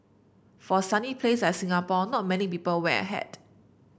for a sunny place like Singapore not many people wear a hat